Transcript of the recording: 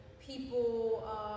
people